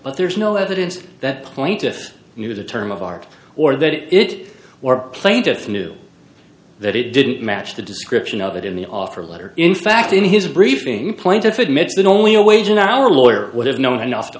but there is no evidence that point if you knew the term of art or that it or plaintiff knew that it didn't match the description of it in the offer letter in fact in his briefing point if admits that only a wage an hour lawyer would have known enough to